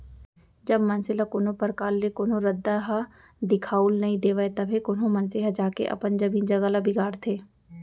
जब मनसे ल कोनो परकार ले कोनो रद्दा ह दिखाउल नइ देवय तभे कोनो मनसे ह जाके अपन जमीन जघा ल बिगाड़थे